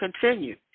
continue